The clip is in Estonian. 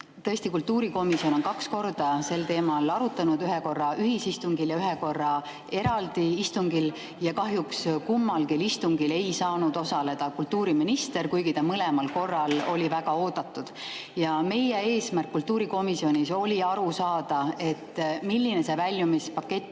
Tõesti, kultuurikomisjon on kaks korda seda teemat arutanud: ühe korra ühisistungil ja ühe korra eraldi istungil. Kahjuks kummalgi istungil ei saanud osaleda kultuuriminister, kuigi ta mõlemal korral oli väga oodatud. Meie eesmärk kultuurikomisjonis oli aru saada, milline see väljumispakett